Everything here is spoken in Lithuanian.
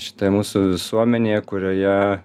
šitoje mūsų visuomenėje kurioje